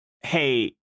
hey